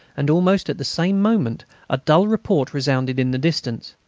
and almost at the same moment a dull report resounded in the distance.